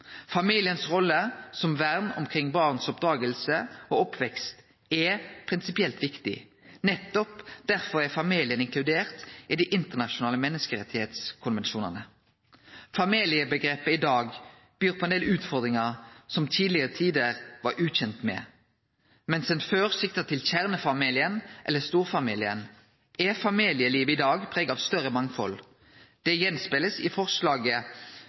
Familiens rolle som vern omkring barns oppseding og oppvekst er prinsipielt viktig. Nettopp derfor er familien inkludert i dei internasjonale menneskerettskonvensjonane. Familieomgrepet i dag byr på ein del utfordringar som ein i tidlegare tider var ukjend med. Mens ein før sikta til kjernefamilien eller storfamilien, er familielivet i dag prega av større mangfald. Det blir spegla i forslaget